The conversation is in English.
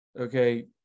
okay